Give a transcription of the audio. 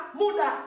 muda